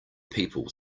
people